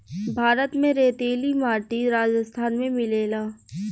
भारत में रेतीली माटी राजस्थान में मिलेला